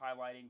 highlighting